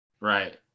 right